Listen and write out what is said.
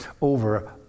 over